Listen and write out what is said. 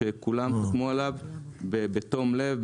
שכולם חתמו עליו בתום לב,